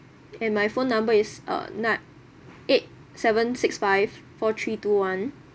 and my phone number is uh nine eight seven six five four three two one